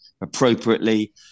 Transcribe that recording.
appropriately